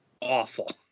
awful